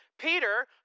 Peter